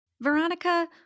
Veronica